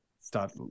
start